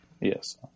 yes